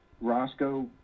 roscoe